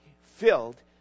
filled